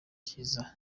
cyiza